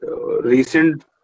recent